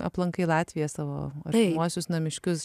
aplankai latviją savo artimuosius namiškius